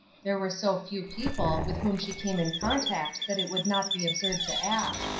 there were so few people with whom she came in contact that it would not be absurd to ask.